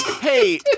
Hey